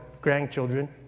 grandchildren